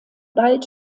bald